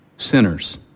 sinners